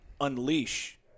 unleash